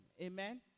Amen